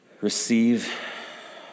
receive